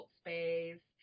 space